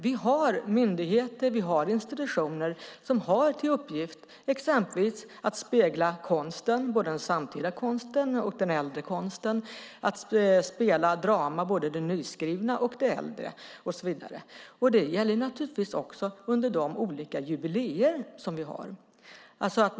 Vi har myndigheter och institutioner som har till uppgift exempelvis att spegla både den samtida och den äldre konsten och att spela både nyskrivet och äldre drama och så vidare. Det gäller naturligtvis också under de olika jubileer som vi har.